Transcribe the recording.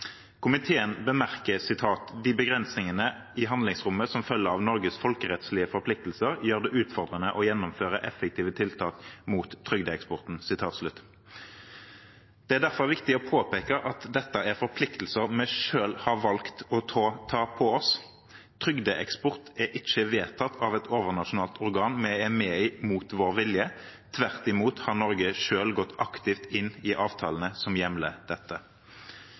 Komiteen bemerker: «De begrensningene i handlingsrommet som følger av Norges folkerettslige forpliktelser, gjør det utfordrende å gjennomføre effektive tiltak mot trygdeeksporten.» Det er derfor viktig å påpeke at dette er forpliktelser vi selv har valgt å ta på oss. Trygdeeksport er ikke vedtatt av et overnasjonalt organ vi er med i mot vår vilje – tvert imot har Norge selv gått aktivt inn i avtalene som hjemler dette.